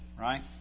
right